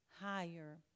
higher